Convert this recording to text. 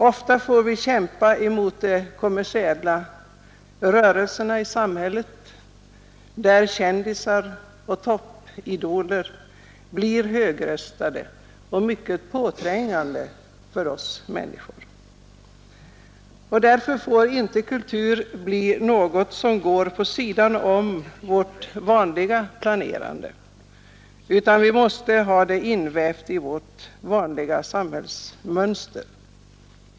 Ofta får vi kämpa emot de kommersiella rörelserna i samhället där kändisar och toppidoler blir högröstade och mycket påträngande för människorna, och därför får inte kulturen bli något som går på sidan om vårt vanliga planerande utan vi måste ha den invävd i vårt vanliga samhällsmönster.